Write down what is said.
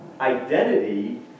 identity